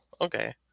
okay